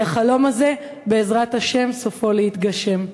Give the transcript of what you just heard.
כי החלום הזה בעזרת השם סופו להתגשם.